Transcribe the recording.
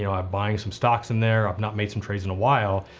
you know, i'm buying some stocks in there. i've not made some trades in a while,